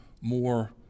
more